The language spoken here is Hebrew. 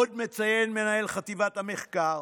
עוד מציין מנהל חטיבת המחקר